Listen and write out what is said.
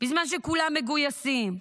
בזמן שכולם מגויסים?